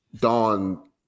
Dawn